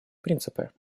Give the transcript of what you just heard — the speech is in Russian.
принципы